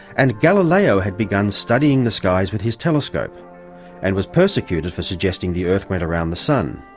and galileo had begun studying the skies with his telescope and was persecuted for suggesting the earth went around the sun.